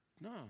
No